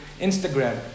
Instagram